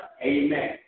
Amen